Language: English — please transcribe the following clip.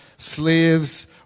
slaves